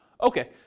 okay